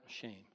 shame